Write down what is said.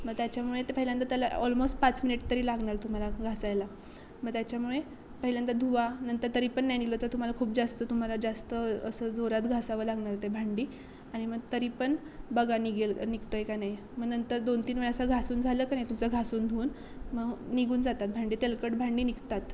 मग त्याच्यामुळे ते पहिल्यांदा त्याला ऑलमोस्ट पाच मिनिट तरी लागणार तुम्हाला घासायला मग त्याच्यामुळे पहिल्यांदा धुवा नंतर तरी पण नाही निघालं तर तुम्हाला खूप जास्त तुम्हाला जास्त असं जोरात घासावं लागणार ते भांडी आणि मग तरी पण बघा निघेल निघतो आहे का नाही मग नंतर दोन तीन वेळा असं घासून झालं किनई तुमचं घासून धुवून मग निघून जातात भांडी तेलकट भांडी निघतात